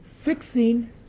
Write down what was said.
Fixing